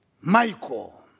Michael